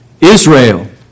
Israel